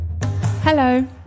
Hello